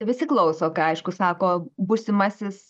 visi klauso ką aišku sako būsimasis